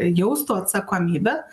jaustų atsakomybę